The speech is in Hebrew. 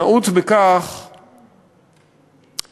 נעוץ בכך שהקידוחים,